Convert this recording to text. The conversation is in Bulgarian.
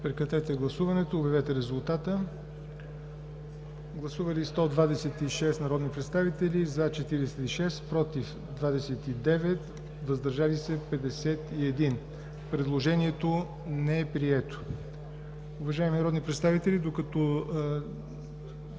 в рамките на утрешния ден. Гласували 126 народни представители: за 46, против 29, въздържали се 51. Предложението не е прието. Уважаеми народни представители, докато